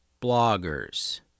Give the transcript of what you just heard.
bloggers